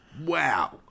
Wow